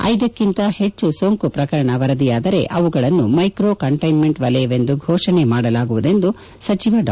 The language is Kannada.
ಐದಕ್ಕಿಂತ ಹೆಚ್ಚು ಸೋಂಕು ಪ್ರಕರಣ ವರದಿಯಾದರೆ ಅವುಗಳನ್ನು ಮೈಕ್ರೋ ಕಂಟೈನ್ಮೆಂಟ್ ವಲಯವೆಂದು ಫೋಷಣೆ ಮಾಡಲಾಗುವುದು ಎಂದು ಸಚಿವ ಡಾ